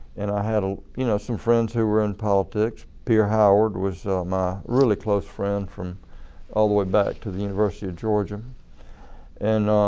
and i had ah you know some friends who were in politics pierre howard was my really close friend all the way back to the university of georgia and